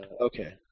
Okay